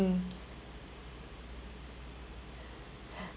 mm